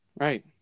Right